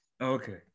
Okay